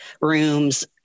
rooms